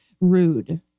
rude